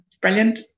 brilliant